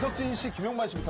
so jee seokjin.